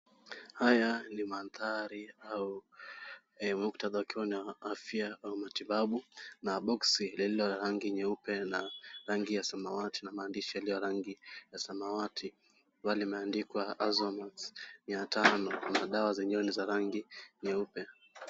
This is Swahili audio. Haya ni mandhari au muktadha ukiwa ni wa afya au matibabu na boksi lililo la rangi nyeupe na rangi za mauti na maandishi yaliyo ya rangi ya za samawati ambalo limeandikwa azomax ya mia tano na dawa zenyewe ni za rangi nyeupe .